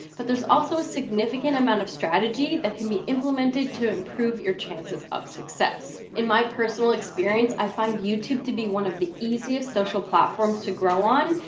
but there's also a significant amount of strategy that can be implemented to improve your chances of success. in my personal experience, i find youtube to be one of the easiest social platforms to grow on.